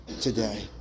today